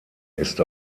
ist